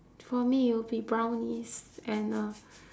for me it would be brownies and uh